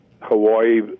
Hawaii